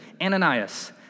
Ananias